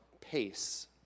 pace